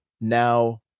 now